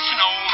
Snow